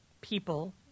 people